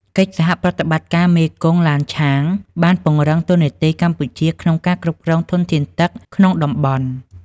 កិច្ចសហប្រតិបត្តិការមេគង្គ-ឡានឆាង បានពង្រឹងតួនាទីកម្ពុជាក្នុងការគ្រប់គ្រងធនធានទឹកក្នុងតំបន់។